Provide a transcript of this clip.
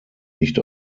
nicht